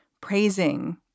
praising